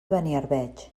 beniarbeig